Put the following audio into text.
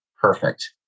Perfect